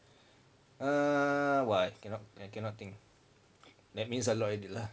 err !wah! cannot I cannot think that means a lot already lah